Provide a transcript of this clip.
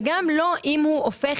וגם לא אם הוא הופך,